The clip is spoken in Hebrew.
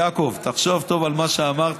יעקב, תחשוב טוב על מה שאמרתי.